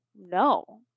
No